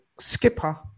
skipper